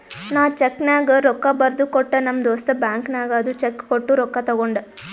ನಾ ಚೆಕ್ನಾಗ್ ರೊಕ್ಕಾ ಬರ್ದು ಕೊಟ್ಟ ನಮ್ ದೋಸ್ತ ಬ್ಯಾಂಕ್ ನಾಗ್ ಅದು ಚೆಕ್ ಕೊಟ್ಟು ರೊಕ್ಕಾ ತಗೊಂಡ್